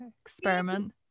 experiment